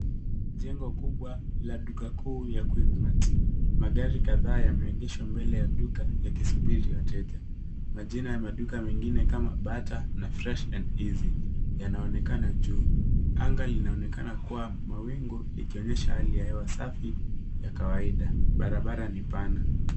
Jengo kubwa la duka kuu ya Quickmart. Magari kadhaa yameegeshwa mbele ya duka yakisubiri wateja. Majina ya maduka megine kama Bata na Fresh & Easy yanaonekana juu. Anga inaonekana kuwa mawingu likionyesha hali ya hewa safi ya kawaida. Barabara ni pana.